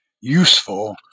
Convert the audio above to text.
useful